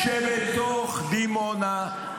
אין שום סיבה בעולם שבתוך דימונה,